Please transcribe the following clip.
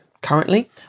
currently